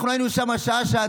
אנחנו היינו שם שעה-שעתיים,